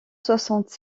soixante